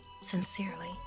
Sincerely